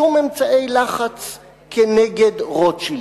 שום אמצעי לחץ כנגד רוטשילד.